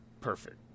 Perfect